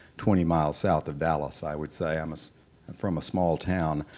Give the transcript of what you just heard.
twenty miles south of dallas, i would say i'm ah from a small town,